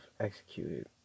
executed